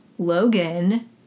Logan